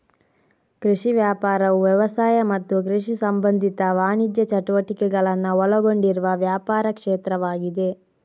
ಕೃಷಿ ವ್ಯಾಪಾರವು ವ್ಯವಸಾಯ ಮತ್ತು ಕೃಷಿ ಸಂಬಂಧಿತ ವಾಣಿಜ್ಯ ಚಟುವಟಿಕೆಗಳನ್ನ ಒಳಗೊಂಡಿರುವ ವ್ಯಾಪಾರ ಕ್ಷೇತ್ರವಾಗಿದೆ